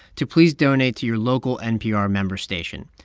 to please donate to your local npr member station.